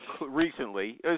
recently